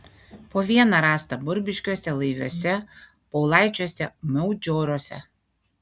po vieną rasta burbiškiuose laiviuose paulaičiuose maudžioruose